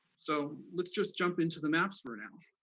so let's just jump into the maps for now,